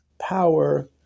power